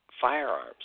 firearms